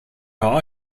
how